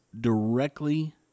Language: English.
directly